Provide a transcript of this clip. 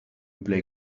play